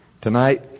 tonight